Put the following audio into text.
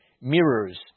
mirrors